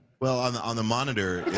well, on the on the monitor